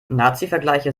nazivergleiche